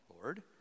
Lord